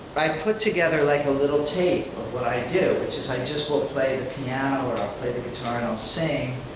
i put together like a little tape but do, which is i just will play the piano or i'll play the guitar and i'll sing,